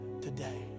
today